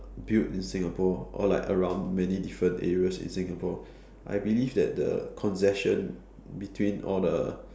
built in Singapore or like around many different areas in Singapore I believe that the congestion between all the